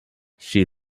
she